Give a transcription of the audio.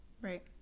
Right